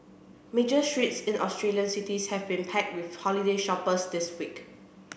major streets in Australian cities have been packed with holiday shoppers this week